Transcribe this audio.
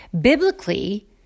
biblically